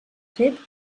fet